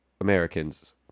americans